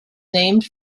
named